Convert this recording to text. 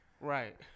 right